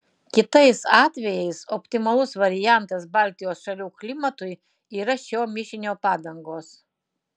kitais atvejais optimalus variantas baltijos šalių klimatui yra šio mišinio padangos